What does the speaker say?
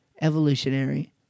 evolutionary